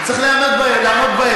צריך לעמוד בהם.